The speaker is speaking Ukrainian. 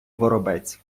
воробець